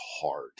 hard